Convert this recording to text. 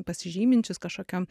pasižyminčius kažkokiom